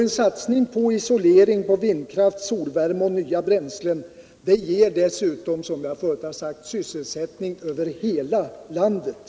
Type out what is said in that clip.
En satsning på isolering, vindkraft, solvärme och nya bränslen ger dessutom, som jag förut har sagt, sysselsättning för hela landet.